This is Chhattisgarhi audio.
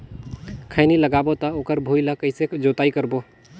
खैनी लगाबो ता ओकर भुईं ला कइसे जोताई करबो?